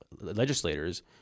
legislators